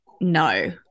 no